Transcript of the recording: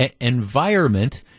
environment